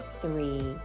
three